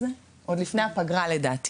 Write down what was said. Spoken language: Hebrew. לדעתי עוד לפני הפגרה.